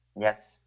Yes